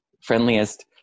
friendliest